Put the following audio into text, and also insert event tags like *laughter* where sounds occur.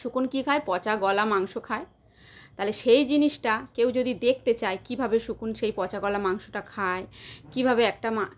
শকুন কী খায় পচা গলা মাংস খায় তাহলে সেই জিনিসটা কেউ যদি দেখতে চায় কীভাবে শকুন সেই পচা গলা মাংসটা খায় কীভাবে একটা *unintelligible*